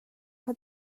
kha